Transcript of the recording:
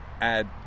add